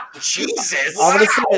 Jesus